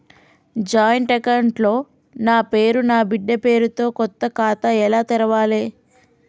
Joint account లో నా పేరు నా బిడ్డే పేరు తో కొత్త ఖాతా ఎలా తెరవాలి?